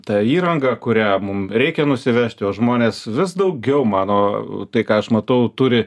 ta įranga kurią mum reikia nusivežti o žmonės vis daugiau mano tai ką aš matau turi